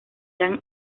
eran